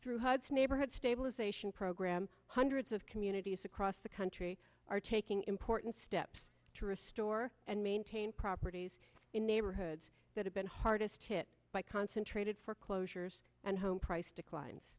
through hundreds neighborhood stabilization program hundreds of communities across the country are taking important steps to restore and maintain properties in neighborhoods that have been hardest hit by concentrated foreclosures and home price declines